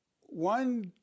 one